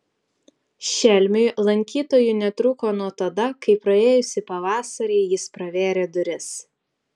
šelmiui lankytojų netrūko nuo tada kai praėjusį pavasarį jis pravėrė duris